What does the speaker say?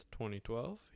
2012